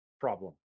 problem